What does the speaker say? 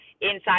inside